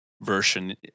version